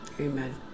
Amen